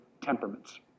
temperaments